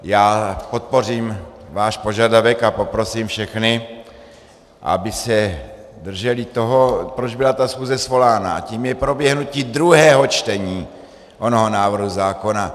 Já podpořím váš požadavek a poprosím všechny, aby se drželi toho, proč byla ta schůze svolána, a tím je proběhnutí druhého čtení onoho návrhu zákona.